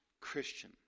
Christian